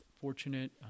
fortunate